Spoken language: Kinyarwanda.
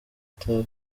itabi